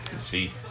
See